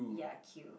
ya queue